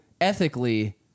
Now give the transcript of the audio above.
ethically